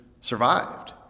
survived